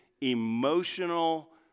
emotional